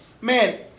man